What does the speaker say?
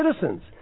citizens